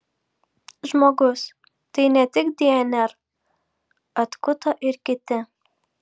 žmogus tai ne tik dnr atkuto ir kiti